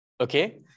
Okay